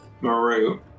Maru